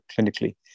clinically